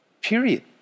period